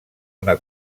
una